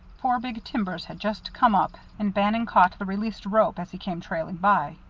four big timbers had just come up and bannon caught the released rope as it came trailing by.